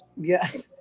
yes